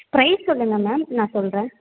price சொல்லுங்கள் ma'am நான் சொல்கிறேன்